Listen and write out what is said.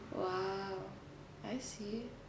!wow! I see